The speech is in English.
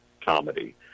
comedy